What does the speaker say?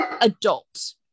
adult